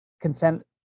consent